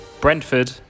Brentford